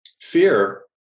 Fear